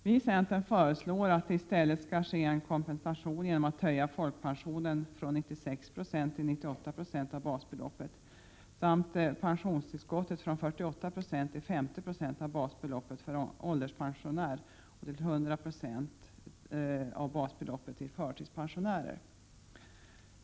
Vi i centern föreslår i stället en kompensation genom att folkpensionen höjs från 96 96 till 98 96 av basbeloppet samt att pensionstillskottet höjs från 48 90 till 50 26 av basbeloppet för ålderspensionär och till 100 2 av basbeloppet för förtidspensionärer.